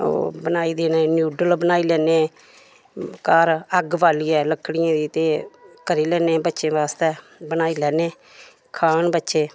ओह् बनाई देने नूडल बनाई लैन्ने घर अग्ग बालियै लक्कड़ियें दी ते करी लैन्ने बच्चें बास्तै बनाई लैन्ने खान बच्चे